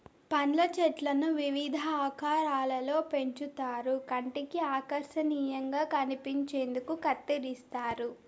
పండ్ల చెట్లను వివిధ ఆకారాలలో పెంచుతారు కంటికి ఆకర్శనీయంగా కనిపించేందుకు కత్తిరిస్తారు